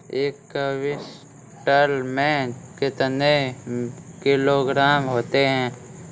एक क्विंटल में कितने किलोग्राम होते हैं?